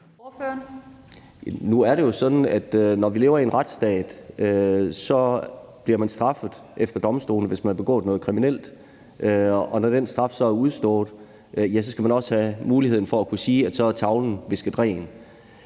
Nu er det jo sådan, at når man lever i en retsstat, bliver man straffet efter dom, hvis man har begået noget kriminelt. Når den straf så er udstået, skal man også have muligheden for at kunne sige, at så er tavlen visket ren.